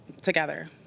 together